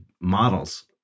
models